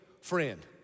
friend